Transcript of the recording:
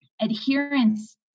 Adherence